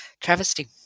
travesty